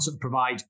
provide